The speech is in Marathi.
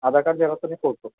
आधार कार्ड जेरोक आणि फोटो